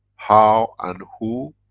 how and who,